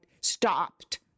stopped